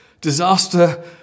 disaster